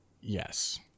Yes